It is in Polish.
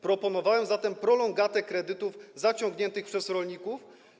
Proponowałem zatem prolongatę kredytów zaciągniętych przez rolników.